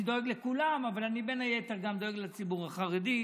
אני דואג לכולם אבל אני בין היתר דואג גם לציבור החרדי.